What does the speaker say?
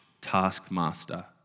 taskmaster